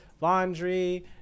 laundry